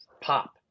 pop